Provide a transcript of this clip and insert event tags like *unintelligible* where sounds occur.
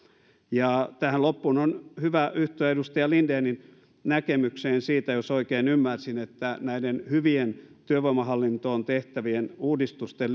tähän loppuun on hyvä yhtyä edustaja lindenin näkemykseen siitä jos oikein ymmärsin että näiden hyvien työvoimahallintoon tehtävien uudistusten *unintelligible*